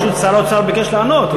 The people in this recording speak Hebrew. הפעם פשוט שר האוצר ביקש לענות,